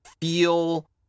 feel